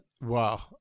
Wow